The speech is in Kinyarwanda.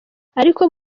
ariko